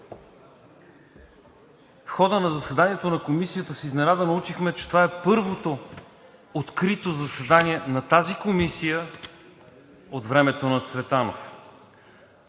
в хода на заседанието на Комисията с изненада научихме, че това е първото открито заседание на тази комисия от времето на Цветанов,